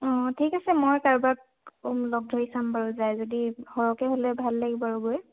অঁ ঠিক আছে মই কাৰোবাক লগ ধৰি চাম বাৰু যায় যদি সৰহকৈ হ'লে ভাল লাগিব আৰু গৈ